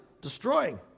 Destroying